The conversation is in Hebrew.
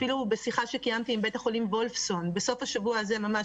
אפילו בשיחה שקיימתי עם בית החולים וולפסון בסוף השבוע הזה ממש,